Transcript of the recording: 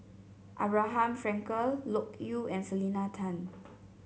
Abraham Frankel Loke Yew and Selena Tan